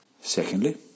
Secondly